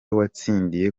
watsindiye